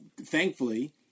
thankfully